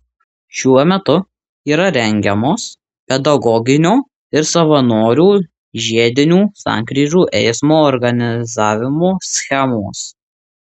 šiuo metu yra rengiamos pedagoginio ir savanorių žiedinių sankryžų eismo organizavimo schemos